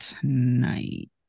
tonight